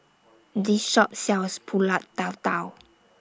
This Shop sells Pulut Tatal